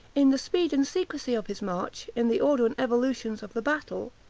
in the speed and secrecy of his march, in the order and evolutions of the battle,